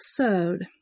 episode